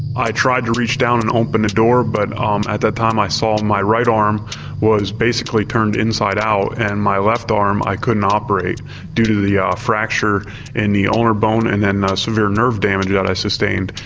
i tried to reach down and open the door but um at that time i saw my right arm was basically turned inside out and my left arm i could not operate due to to the ah fracture in the ulna bone and then the severe nerve damage that i sustained.